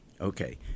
Okay